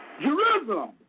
Jerusalem